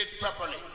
properly